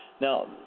Now